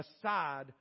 aside